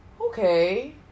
okay